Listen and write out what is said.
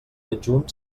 adjunt